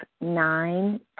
nine